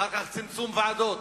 אחר כך צמצום ועדות,